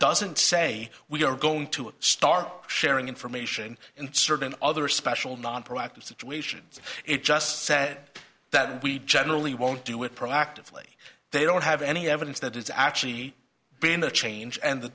doesn't say we're going to start sharing information and certain other special nonproductive situations it just said that we generally won't do it proactively they don't have any evidence that it's actually been the change and the